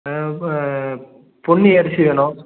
பொன்னி அரிசி வேணும்